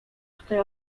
tutaj